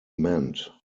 meant